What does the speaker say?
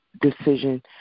decision